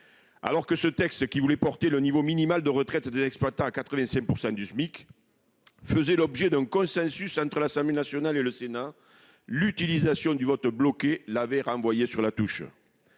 Alors que le texte présenté, qui proposait de porter le niveau minimal de retraite des exploitants agricoles à 85 % du SMIC, faisait l'objet d'un consensus entre l'Assemblée nationale et le Sénat, l'utilisation du vote bloqué l'avait renvoyé sur la touche.